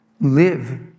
live